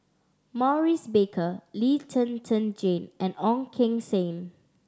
Maurice Baker Lee Zhen Zhen Jane and Ong Keng Sen